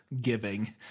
giving